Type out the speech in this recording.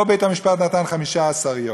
פה בית-המשפט נתן 15 יום.